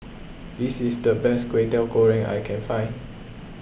this is the best Kwetiau Goreng I can find